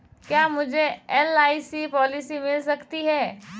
क्या मुझे LIC policy मिल सकती है?